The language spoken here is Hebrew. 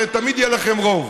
הרי תמיד יהיה לכם רוב.